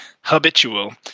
habitual